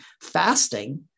fasting